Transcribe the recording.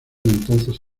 entonces